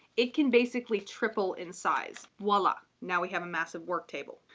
it can basically triple in size. voila, now we have a massive work table.